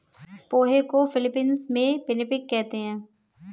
पोहे को फ़िलीपीन्स में पिनीपिग कहते हैं